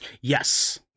Yes